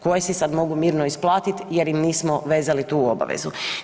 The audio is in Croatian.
Koje si sad mogu mirno isplatiti jer im nismo vezali tu obavezu.